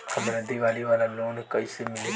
हमरा दीवाली वाला लोन कईसे मिली?